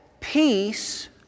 peace